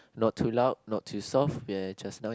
not too loud not too soft you're just nice